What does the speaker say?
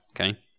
okay